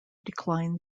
declined